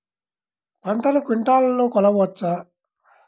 పంటను క్వింటాల్లలో కొలవచ్చా?